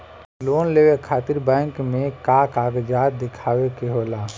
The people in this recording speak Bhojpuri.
लोन लेवे खातिर बैंक मे का कागजात दिखावे के होला?